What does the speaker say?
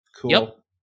Cool